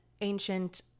ancient